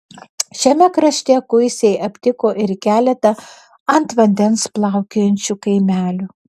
šiame krašte kuisiai aptiko ir keletą ant vandens plaukiojančių kaimelių